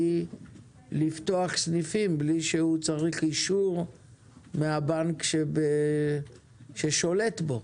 לפתוח סניפים מבלי לקבל אישור מן הבנק ששולט בו.